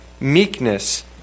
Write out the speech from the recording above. meekness